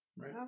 Right